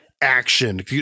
action